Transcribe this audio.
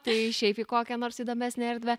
tai šiaip į kokią nors įdomesnę erdvę